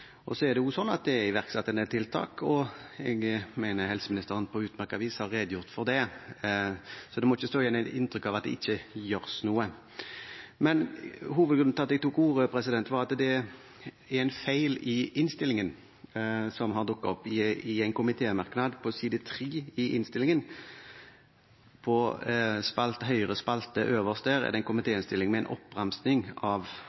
hovedinnlegg. Så er det også sånn at det er iverksatt en del tiltak. Jeg mener helseministeren på utmerket vis har redegjort for det. Så det må ikke stå igjen et inntrykk av at det ikke gjøres noe. Hovedgrunnen til at jeg tok ordet, er at det er en feil i innstillingen som har dukket opp. I en komitémerknad på side 3 i innstillingen, øverst i høyre spalte, er det en oppramsing av